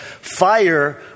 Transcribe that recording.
fire